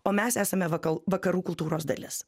o mes esame vakal vakarų kultūros dalis